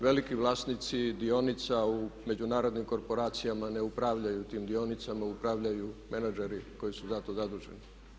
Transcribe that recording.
Veliki vlasnici dionica u međunarodnim korporacijama ne upravljaju tim dionicama, upravljaju menadžer koji su za to zaduženi.